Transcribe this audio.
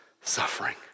suffering